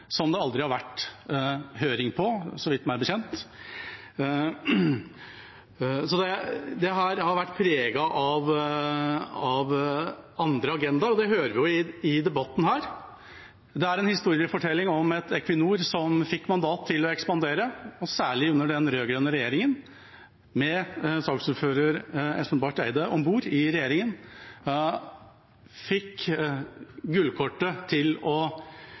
som det aldri har vært høring på, så vidt jeg vet. Dette har vært preget av andre agendaer, og det hører vi i debatten her. Det er en historiefortelling om et Equinor som fikk mandat til å ekspandere, og særlig under den rød-grønne regjeringa. Med dagens saksordfører Espen Barth Eide om bord i regjeringa fikk Equinor gullkortet til å